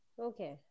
Okay